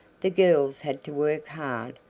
the girls had to work hard,